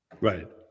Right